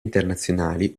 internazionali